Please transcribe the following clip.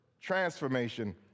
transformation